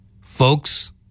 Folks